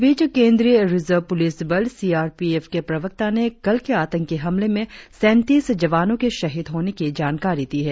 इस बीच केंद्रीय रिजर्व पुलिस बल सीआरपीएफ के प्रवक्ता ने कल के आतंकी हमले में सैंतीस जवानों के शहीद होने की जानकारी दी है